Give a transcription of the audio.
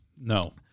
No